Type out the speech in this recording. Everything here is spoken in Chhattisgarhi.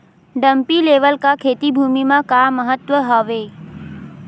डंपी लेवल का खेती भुमि म का महत्व हावे?